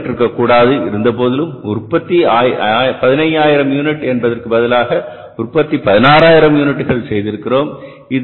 இது ஏற்பட்டிருக்கக் கூடாது இருந்தபோதிலும் உற்பத்தி 15000 யூனிட் என்பதற்கு பதிலாக உற்பத்தி 16000 யூனிட்டுகள் செய்திருக்கிறோம்